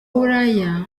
buraya